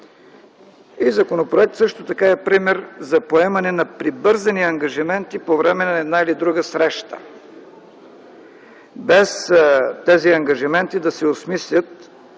Законопроектът също така е пример за поемане на прибързани ангажименти по време на една или друга среща, без тези ангажименти да се осмислят